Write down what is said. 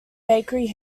bakery